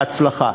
בהצלחה.